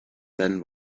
than